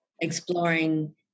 exploring